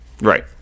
Right